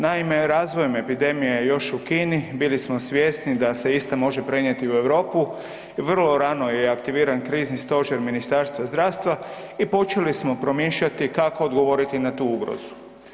Naime, razvojem epidemije još u Kini bili smo svjesni da se ista može prenijeti u Europu i vrlo rano je aktiviran krizni stožer Ministarstva zdravstva i počeli smo promišljati kako odgovoriti na tu ugrozu.